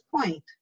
point